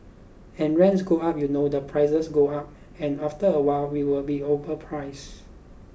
and rents go up you know the prices go up and after a while we will be overpriced